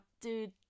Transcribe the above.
dude